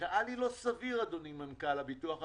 נראה לי לא סביר, אדוני מנכ"ל הביטוח הלאומי.